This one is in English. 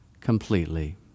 completely